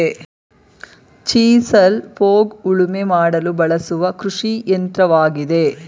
chisel plough ಉಳುಮೆ ಮಾಡಲು ಬಳಸುವ ಕೃಷಿಯಂತ್ರವಾಗಿದೆ